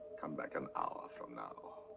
come back an hour from now.